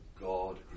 God